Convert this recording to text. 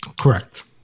correct